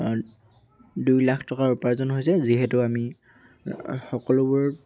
দুই লাখ টকাৰ উপাৰ্জন হৈছে যিহেতু আমি সকলোবোৰ